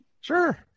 Sure